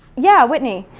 yeah, whitney.